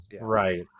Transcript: right